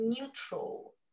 neutral